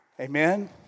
Amen